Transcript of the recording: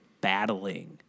battling